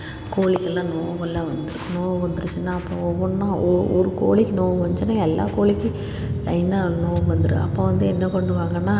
கோழிக்கெல்லாம் நோயெல்லாம் வந்துடும் நோய் வந்துருச்சுன்னால் அப்புறம் ஒவ்வொன்றா ஒ ஒரு கோழிக்கி நோய் வந்துச்சுன்னால் எல்லா கோழிக்கும் லைன்னாக நோய் வந்துடும் அப்போ வந்து என்ன பண்ணுவாங்கனால்